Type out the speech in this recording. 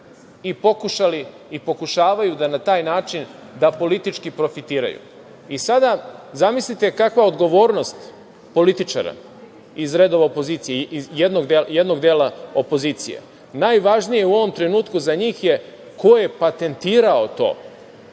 i pokušali i pokušavaju da na taj način politički profitiraju. Sada, zamislite kakva je odgovornost političara iz redova opozicije, iz jednog dela opozicije, najvažnije u ovom trenutku za njih je ko je patentirao to,